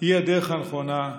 היא הדרך הנכונה,